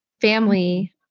family